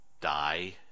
die